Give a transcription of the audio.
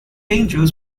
angels